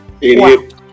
Idiot